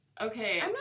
Okay